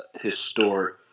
historic